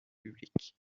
public